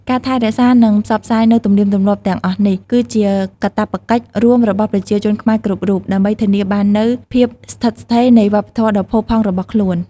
ការថែរក្សា និងផ្សព្វផ្សាយនូវទំនៀមទម្លាប់ទាំងអស់នេះ គឺជាកាតព្វកិច្ចរួមរបស់ប្រជាជនខ្មែរគ្រប់រូប ដើម្បីធានាបាននូវភាពស្ថិតស្ថេរនៃវប្បធម៌ដ៏ផូរផង់របស់ខ្លួន។